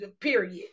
Period